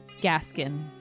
gaskin